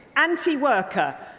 anti-worker,